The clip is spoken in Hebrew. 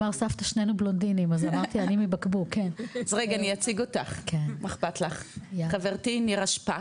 אז רגע אני אציג אותך, חברתי נירה שפק.